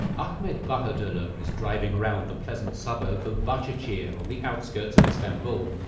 ahmet bahadiarli is driving around the pleasant suburb of bahcesehir on the outskirts of istanbul.